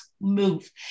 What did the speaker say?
move